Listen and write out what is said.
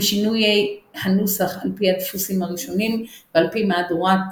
עם שינוי הנוסח על פי הדפוסים הראשונים ועל פי מהדורת